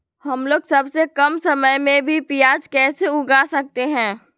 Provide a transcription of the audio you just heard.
हमलोग सबसे कम समय में भी प्याज कैसे उगा सकते हैं?